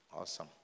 Awesome